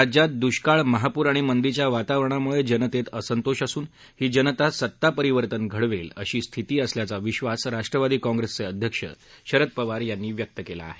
राज्यात दुष्काळ महापूर आणि मंदीच्या वातावरणामुळे जनतेत असंतोष असून ही जनता सत्ता परिवर्तन घडवेल अशी स्थिती असल्याचा विद्वास राष्ट्रवादी काँग्रेसचे अध्यक्ष शरद पवार यांनी व्यक्त केला आहे